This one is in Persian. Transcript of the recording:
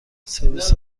سرویس